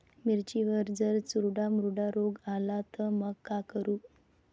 मिर्चीवर जर चुर्डा मुर्डा रोग आला त मंग का करू?